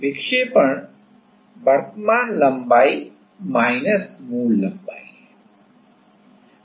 विक्षेपण वर्तमान लंबाई मूल लंबाई है